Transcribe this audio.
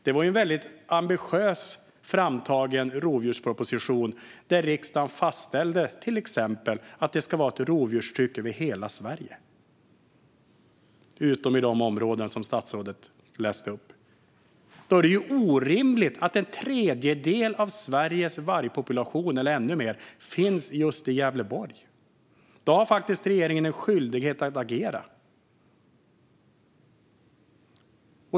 Det var en väldigt ambitiöst framtagen rovdjursproposition där riksdagen fastställde till exempel att det ska vara ett rovdjurstryck över hela Sverige, utom i de områden som statsrådet läste upp. Det är då orimligt att en tredjedel av Sveriges vargpopulation eller ännu mer finns just i Gävleborg. Då har regeringen en skyldighet att agera.